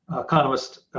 economist